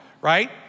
right